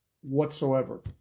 whatsoever